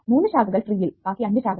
മൂന്ന് ശാഖകൾ ട്രീയിൽ ബാക്കി 5 ശാഖകൾ